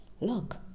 look